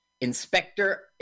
Inspector